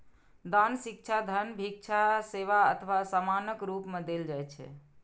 दान शिक्षा, धन, भिक्षा, सेवा अथवा सामानक रूप मे देल जाइ छै